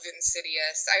Insidious